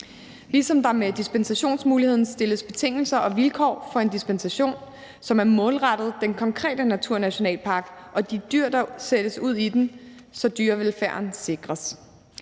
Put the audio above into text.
ligesom der med dispensationsmuligheden stilles betingelser og vilkår for en dispensation, som er målrettet den konkrete naturnationalpark og de dyr, der sættes ud i den, så dyrevelfærden sikres.